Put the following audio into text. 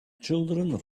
children